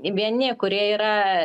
vieni kurie yra